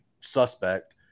suspect